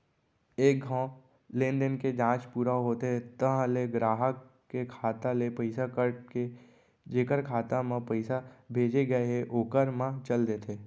एक घौं लेनदेन के जांच पूरा होथे तहॉं ले गराहक के खाता ले पइसा कट के जेकर खाता म पइसा भेजे गए हे ओकर म चल देथे